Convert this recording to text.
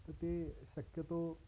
तर ते शक्यतो